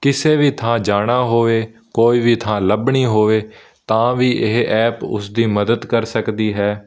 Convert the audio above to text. ਕਿਸੇ ਵੀ ਥਾਂ ਜਾਣਾ ਹੋਵੇ ਕੋਈ ਵੀ ਥਾਂ ਲੱਭਣੀ ਹੋਵੇ ਤਾਂ ਵੀ ਇਹ ਐਪ ਉਸ ਦੀ ਮਦਦ ਕਰ ਸਕਦੀ ਹੈ